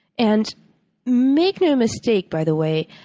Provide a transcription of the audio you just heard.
and make no mistake, by the way,